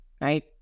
right